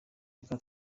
reka